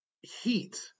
Heat